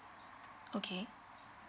okay